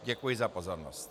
Děkuji za pozornost.